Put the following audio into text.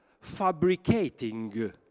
fabricating